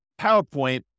PowerPoint